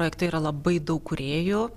projekte yra labai daug kūrėjų